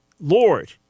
lord